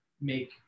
make